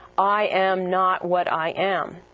i am not what i am,